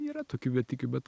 yra tokių vietikių bet